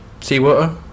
Seawater